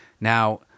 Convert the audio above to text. now